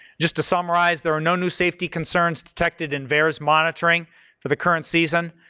just to summarize, there are no new safety concerns detected in barre monitoring for the current season.